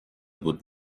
بود